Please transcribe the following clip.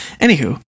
Anywho